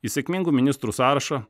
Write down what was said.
į sėkmingų ministrų sąrašo